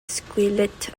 squelettes